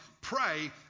pray